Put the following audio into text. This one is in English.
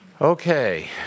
okay